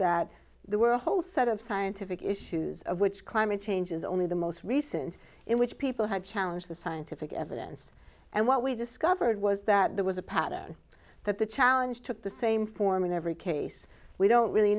that there were a whole set of scientific issues of which climate change is only the most recent in which people have challenge the scientific evidence and what we discovered was that there was a pattern that the challenge took the same form in every case we don't really